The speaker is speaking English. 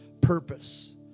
purpose